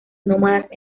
nómadas